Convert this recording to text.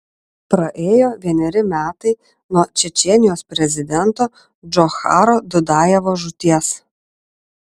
praėjo vieneri metai nuo čečėnijos prezidento džocharo dudajevo žūties